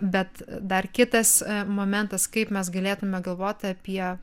bet dar kitas momentas kaip mes galėtume galvot apie